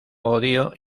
odio